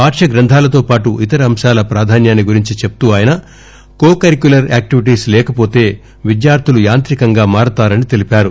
పార్యగ్రంధాలతో పాటు ఇతర అంశాల ప్రాధాన్యాన్ని గురించి చెప్తూ ఆయన కో కరిక్యులర్ యాక్టివిటీస్ లేకవోతే విద్యార్ధులు యాంత్రికంగా మారతారని తెలిపారు